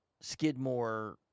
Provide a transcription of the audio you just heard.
Skidmore